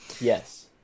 Yes